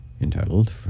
entitled